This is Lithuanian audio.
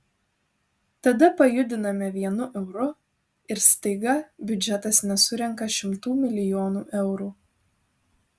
tada pajudiname vienu euru ir staiga biudžetas nesurenka šimtų milijonų eurų